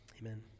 Amen